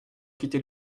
quitter